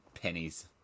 pennies